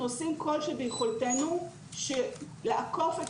אנחנו עושים כל שביכולתנו לאכוף את